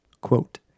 Quote